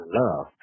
love